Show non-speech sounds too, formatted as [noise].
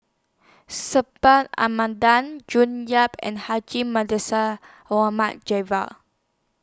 Subhas Anandan June Yap and Haji [unintelligible] Javad